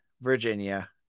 Virginia